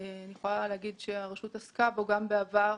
אני יכולה להגיד שהרשות עסקה בו גם בעבר.